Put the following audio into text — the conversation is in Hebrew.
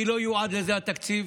כי לא יועד לזה התקציב,